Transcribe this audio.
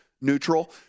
neutral